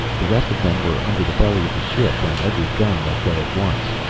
the rest of them were under the belly of the ship when every gun let go at once.